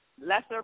lesser